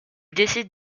décide